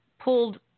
pulled